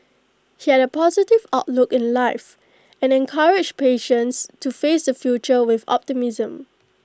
he had A positive outlook in life and encouraged patients to face the future with optimism